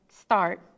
start